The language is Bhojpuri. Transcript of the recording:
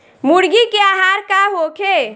मुर्गी के आहार का होखे?